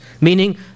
meaning